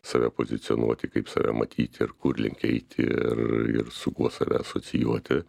save pozicionuoti kaip save matyti ir kur link eiti ir su kuo save asocijuoti